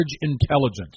intelligence